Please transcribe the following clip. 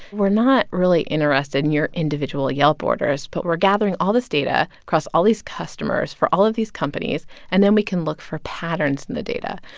we're not really interested in your individual yelp orders. but we're gathering all this data across all these customers for all of these companies, and then we can look for patterns in the data.